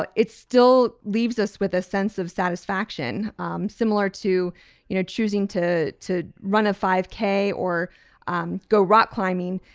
but it still leaves us with a sense of satisfaction um similar to you know choosing to to run a five k or um go rock climbing.